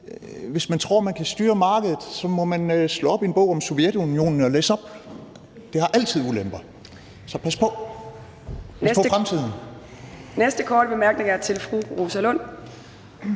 Hvis man tror, man kan styre markedet, må man slå op i en bog om Sovjetunionen og læse op. Det har altid ulemper. Så pas på – pas på fremtiden. Kl. 17:48 Fjerde næstformand